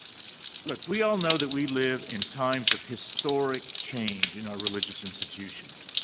look, we all know that we live in times of historic change in our religious institutions.